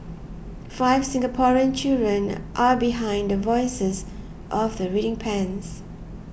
five Singaporean children are behind the voices of the reading pens